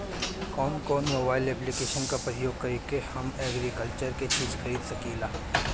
कउन कउन mobile application का प्रयोग करके हम एग्रीकल्चर के चिज खरीद सकिला?